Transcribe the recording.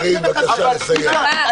קארין, בבקשה לסיים.